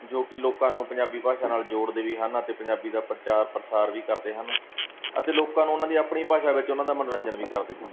ਜੋ ਕਿ ਲੋਕਾਂ ਨੂੰ ਪੰਜਾਬੀ ਭਾਸ਼ਾ ਨਾਲ ਜੋੜਦੇ ਵੀ ਹਨ ਅਤੇ ਪੰਜਾਬੀ ਦਾ ਪ੍ਰਚਾਰ ਪ੍ਰਸਾਰ ਵੀ ਕਰਦੇ ਹਨ ਅਤੇ ਲੋਕਾਂ ਨੂੰ ਉਹਨਾਂ ਦੀ ਆਪਣੀ ਭਾਸ਼ਾ ਵਿੱਚ ਉਹਨਾਂ ਦਾ ਮਨੋਰੰਜਨ ਵੀ ਕਰਦੇ ਹਨ